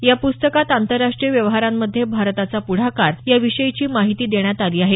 या पुस्तकात आंतरराष्ट्रीय व्यवहारांमध्ये भारताचा पुढाकार याविषयीची माहिती देण्यात आली आहे